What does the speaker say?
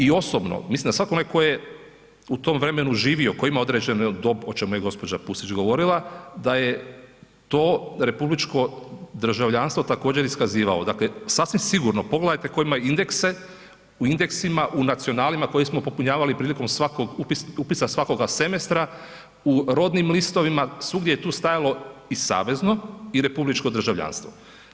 I osobno mislim da svakome koje u tom vremenu živio, koji je imao određenu dob o čemu je gospođa Pusić govorila da je to republičko državljanstvo također iskazivao, sasvim sigurno pogledajte tko ima indekse u indeksima u nacionalima koje smo popunjavali prilikom upisa svakoga semestra, u rodnim listovima, svugdje je tu stajalo i savezno i republičko državljanstvo.